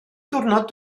diwrnod